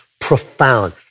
profound